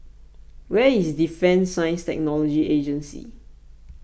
where is Defence Science and Technology Agency